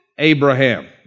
Abraham